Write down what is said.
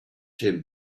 him